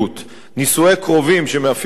נישואי קרובים שמאפיינים תרבויות